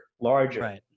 larger